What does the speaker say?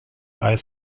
high